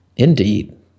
Indeed